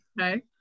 Okay